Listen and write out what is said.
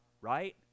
right